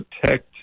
protect